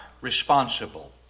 responsible